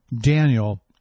Daniel